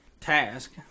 task